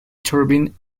turbine